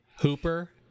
Hooper